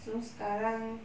so sekarang